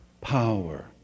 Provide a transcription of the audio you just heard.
power